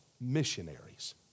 missionaries